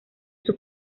sus